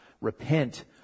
repent